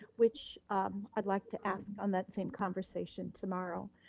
which i'd like to ask on that same conversation tomorrow.